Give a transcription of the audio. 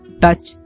touch